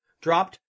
dropped